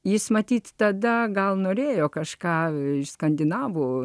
jis matyt tada gal norėjo kažką iš skandinavų